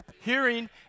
Hearing